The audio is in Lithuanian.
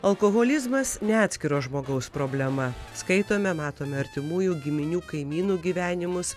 alkoholizmas ne atskiro žmogaus problema skaitome matome artimųjų giminių kaimynų gyvenimus